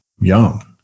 young